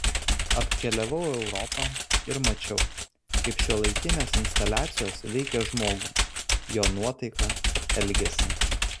apkeliavau europą ir mačiau kaip šiuolaikinės instaliacijos veikia žmogų jo nuotaiką elgesį